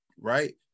Right